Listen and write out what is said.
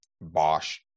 Bosch